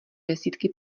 desítky